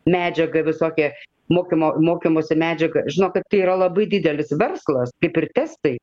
medžiaga visokia mokymo mokymosi medžiaga žinokit tai yra labai didelis verslas kaip ir testai